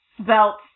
svelte